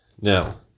Now